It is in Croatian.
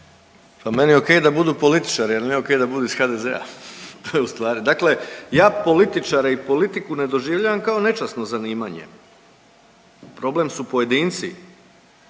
Pa meni je ok da budu političari, ali nije ok da budu iz HDZ-a ustvari. Dakle, ja političare i politiku ne doživljavam kao nečasno zanimanje. Problem su pojedinci.